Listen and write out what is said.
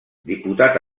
diputat